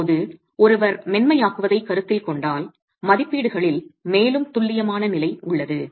இப்போது ஒருவர் மென்மையாக்குவதைக் கருத்தில் கொண்டால் மதிப்பீடுகளில் மேலும் துல்லியமான நிலை உள்ளது